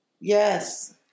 Yes